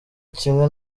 kimwe